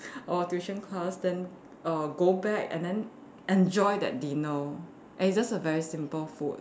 our tuition class then err go back and then enjoy that dinner and it's just a very simple food